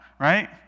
right